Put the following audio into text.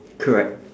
correct